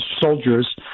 soldiers